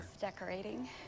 decorating